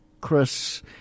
Chris